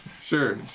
Sure